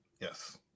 Yes